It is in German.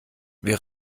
wir